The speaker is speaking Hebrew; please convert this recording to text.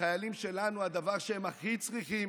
החיילים שלנו, הדבר שהם הכי צריכים